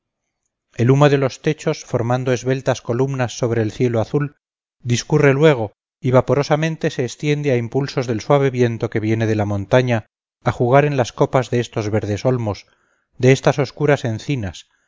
el humo de los techos formando esbeltas columnas sobre el cielo azul discurre luego y vaporosamente se extiende a impulsos del suave viento que viene de la montaña a jugar en las copas de estos verdes olmos de estas oscuras encinas